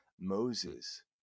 moses